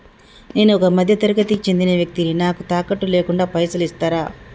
నేను ఒక మధ్య తరగతి కి చెందిన వ్యక్తిని నాకు తాకట్టు లేకుండా పైసలు ఇస్తరా?